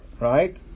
right